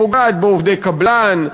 פוגעת בעובדי קבלן,